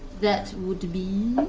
that would be